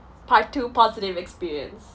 part two positive experience